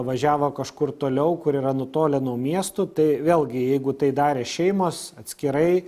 važiavo kažkur toliau kur yra nutolę nuo miestų tai vėlgi jeigu tai darė šeimos atskirai